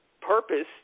purpose